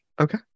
Okay